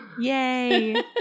Yay